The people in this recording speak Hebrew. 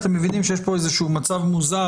אתם מבינים שיש פה איזשהו מצב מוזר,